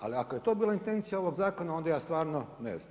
Ali ako je to bila intencija ovog zakona onda ja stvarno ne znam.